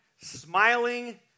smiling